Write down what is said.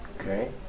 Okay